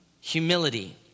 humility